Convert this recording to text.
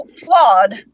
flawed